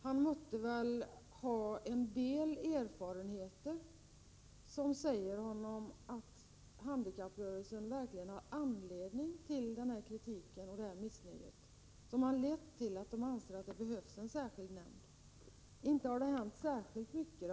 Han måtte väl ha en del erfarenheter som säger honom att handikapp rörelsen verkligen har anledning till den kritik och det missnöje som har lett till att de anser att det behövs en särskild nämnd. Inte har det hänt särskilt mycket.